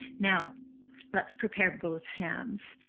now let's prepare both hands.